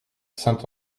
saint